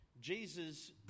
Jesus